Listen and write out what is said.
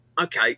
okay